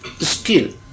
skill